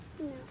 No